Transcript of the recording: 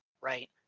right